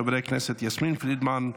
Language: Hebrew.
של חברי הכנסת יסמין פרידמן,